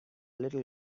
little